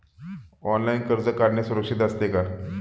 Online कर्ज काढणे सुरक्षित असते का?